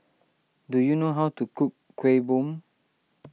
do you know how to cook Kuih Bom